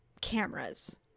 cameras